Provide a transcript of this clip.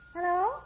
Hello